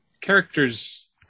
characters